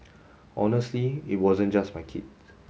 honestly it wasn't just my kid